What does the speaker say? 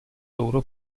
loro